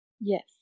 yes